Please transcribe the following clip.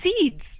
seeds